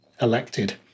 elected